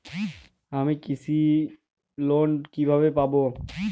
আমি কৃষি লোন কিভাবে পাবো?